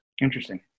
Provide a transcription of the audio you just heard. interesting